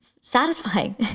satisfying